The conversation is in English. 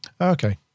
Okay